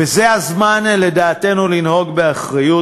וזה הזמן, לדעתנו, לנהוג באחריות.